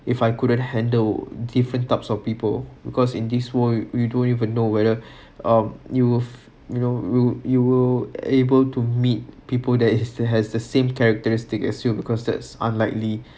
if I couldn't handle different types of people because in this world we don't even know whether uh you've you know you you will able to meet people that is has the same characteristic as you because that's unlikely